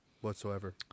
whatsoever